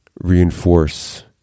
reinforce